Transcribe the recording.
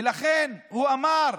ולכן הוא אמר: